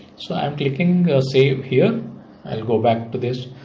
so i am clicking save here. i will go back to this.